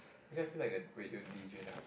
actually I feel like a radio D_J now